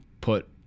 put